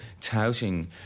touting